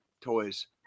toys